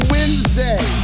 Wednesday